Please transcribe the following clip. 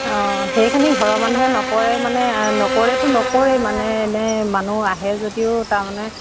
অঁ সেইখিনি ঘৰৰ মানুহে নকৰে মানে নকৰেতো নকৰে মানে এনে মানুহ আহে যদিও তাৰমানে